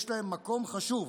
יש להם מקום חשוב.